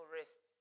rest